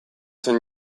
zen